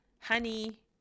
honey